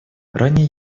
ранее